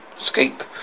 escape